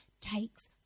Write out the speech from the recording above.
takes